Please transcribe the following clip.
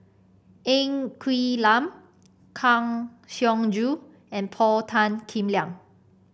Ng Quee Lam Kang Siong Joo and Paul Tan Kim Liang